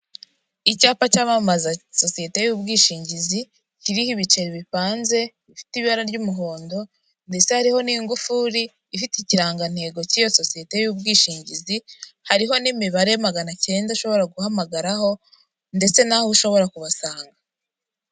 Uyu ni umuhanda wa kaburimbo ugendwamo mu byerekezo byombi, harimo imodoka nini iri kugenda ifite irange ry'umweru.